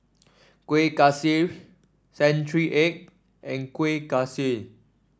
Kuih Kaswi Century Egg and Kuih Kaswi